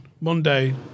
Monday